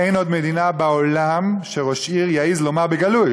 אין עוד מדינה בעולם שראש עיר יעז לומר בגלוי,